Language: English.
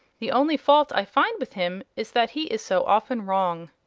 the only fault i find with him is that he is so often wrong.